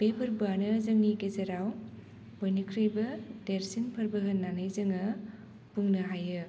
बे फोर्बोआनो जोंनि गेजेराव बयनिख्रइबो देरसिन फोर्बो होन्नानै जोङो बुंनो हायो